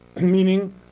Meaning